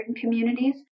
communities